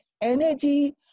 energy